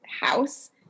house